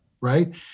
right